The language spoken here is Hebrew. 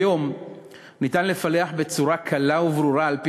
כיום ניתן לפלח בצורה קלה וברורה על-פי